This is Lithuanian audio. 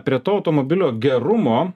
prie to automobilio gerumo